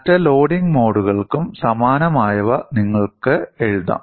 മറ്റ് ലോഡിംഗ് മോഡുകൾക്കും സമാനമായവ നിങ്ങൾക്ക് എഴുതാം